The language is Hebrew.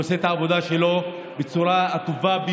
והוא עושה את העבודה שלו בנושא של